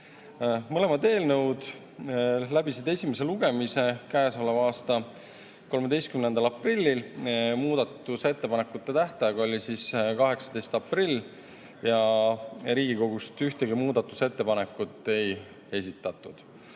Mõlemad eelnõud läbisid esimese lugemise käesoleva aasta 13. aprillil. Muudatusettepanekute tähtaeg oli 18. aprill ja Riigikogust ühtegi muudatusettepanekut ei esitatud.